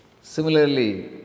Similarly